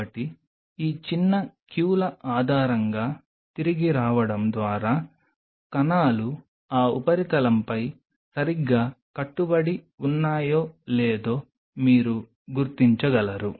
కాబట్టి ఈ చిన్న క్యూల ఆధారంగా తిరిగి రావడం ద్వారా కణాలు ఆ ఉపరితలంపై సరిగ్గా కట్టుబడి ఉన్నాయో లేదో మీరు గుర్తించగలరు